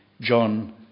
John